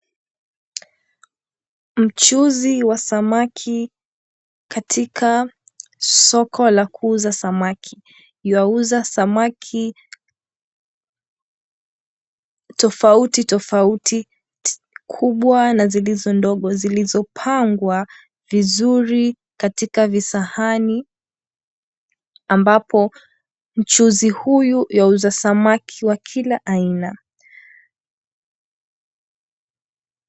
Mchuuzi wa samaki katika soko la kuuza samaki. Yuauza samaki tofauti tofauti, kubwa na zilizo ndogo zilizopangwa vizuri katika visahani ambapo mchuuzi huyu yuauza samaki wa kila aina.